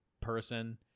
person